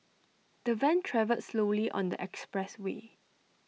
the van travelled slowly on the expressway